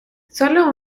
solo